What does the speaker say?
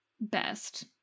best